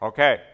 Okay